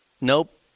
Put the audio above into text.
Nope